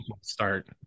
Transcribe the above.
start